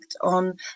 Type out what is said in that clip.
on